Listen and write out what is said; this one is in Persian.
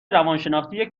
روانشناختی